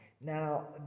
Now